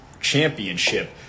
Championship